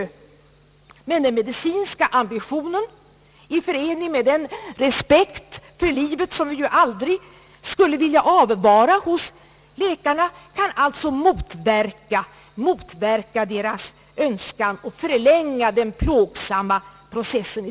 Men den medicinska ambitionen i förening med den respekt för livet som vi aldrig skulle vilja avvara hos läkarna kan alltså motverka deras önskan och i stället förlänga den plågsamma processen.